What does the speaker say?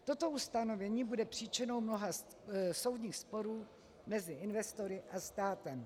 Toto ustanovení bude příčinou mnoha soudních sporů mezi investory a státem.